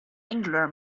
angular